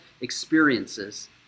experiences